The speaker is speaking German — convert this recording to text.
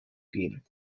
gehen